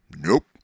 Nope